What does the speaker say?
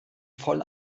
voll